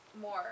more